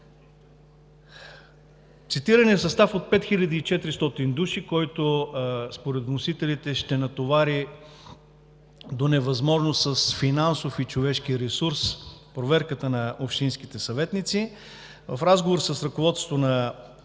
цитираният състав от 5400 души, който според вносителите ще натовари до невъзможност с финансов и човешки ресурс проверката на общинските съветници, е необходимо повишаване на